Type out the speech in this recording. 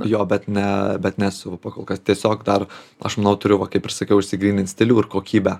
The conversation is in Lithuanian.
jo bet ne bet nesu pakolkas tiesiog dar aš manau turiu va kaip ir sakiau išsigrynint stilių ir kokybę